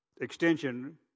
extension